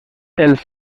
els